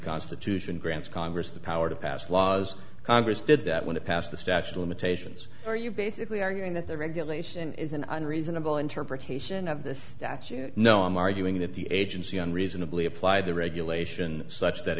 constitution grants congress the power to pass laws congress did that when it passed the statute of limitations are you basically arguing that the regulation is an unreasonable interpretation of this that you know i'm arguing that the agency unreasonably apply the regulation such that